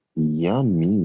Yummy